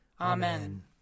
Amen